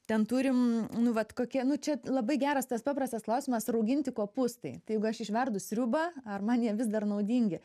ten turim nu vat kokie nu čia labai geras tas paprastas klausimas rauginti kopūstai tai jeigu aš išverdu sriubą ar man jie vis dar naudingi